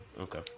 Okay